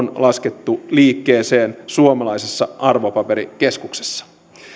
laskettu liikkeeseen suomalaisessa arvopaperikeskuksessa